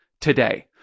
today